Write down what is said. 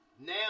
Now